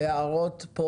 תודה.